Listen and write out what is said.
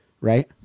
right